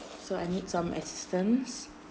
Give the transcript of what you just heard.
so I need some assistance